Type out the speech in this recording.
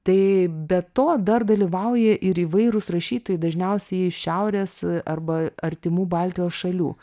tai be to dar dalyvauja ir įvairūs rašytojai dažniausiai iš šiaurės arba artimų baltijos šalių